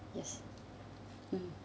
yes mm